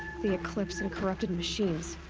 the eclipse and corrupted machines.